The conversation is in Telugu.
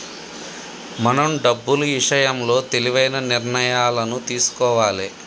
మనం డబ్బులు ఇషయంలో తెలివైన నిర్ణయాలను తీసుకోవాలే